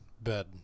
bed